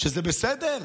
שזה בסדר?